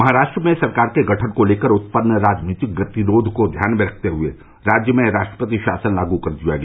महाराष्ट्र में सरकार के गठन को लेकर उत्पन्न राजनीतिक गतिरोध को ध्यान में रखते हए राज्य में राष्ट्रपति शासन लागू कर दिया गया